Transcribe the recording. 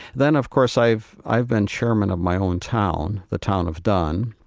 then, of course, i've i've been chairman of my own town, the town of dunn,